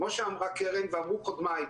כמו שאמרה קרן ואמרו קודמיי,